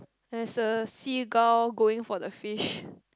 there's a seagull going for the fish